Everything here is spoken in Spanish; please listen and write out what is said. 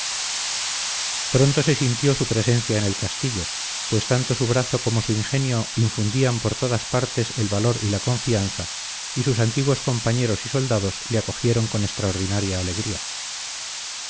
pronto se sintió su presencia en el castillo pues tanto su brazo como su ingenio infundían por todas partes el valor y la confianza y sus antiguos compañeros y soldados le acogieron con extraordinaria alegría